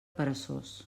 peresós